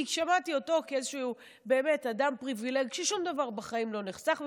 כי שמעתי אותו כאיזשהו אדם פריבילג ששום דבר בחיים לא נחסך ממנו,